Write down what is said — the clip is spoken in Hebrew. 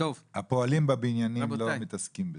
הפועלים בבניינים לא מתעסקים בזה,